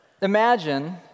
imagine